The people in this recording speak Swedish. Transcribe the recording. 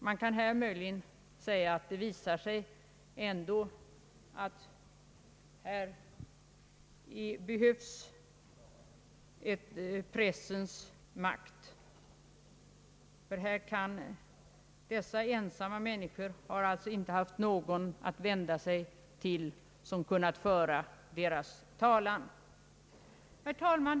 Man kan möjligen säga, att det visar sig att pressens makt har sin betydelse. Dessa ensamma människor har inte haft någon att vända sig till som kunnat föra deras talan. Herr talman!